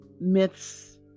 myths